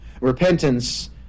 Repentance